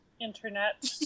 internet